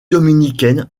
dominicaine